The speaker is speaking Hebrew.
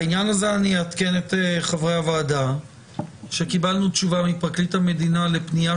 בעניין הזה אני אעדכן את חברי הוועדה שקיבלנו תשובה מפרקליט המדינה לפנייה